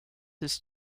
his